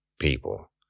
people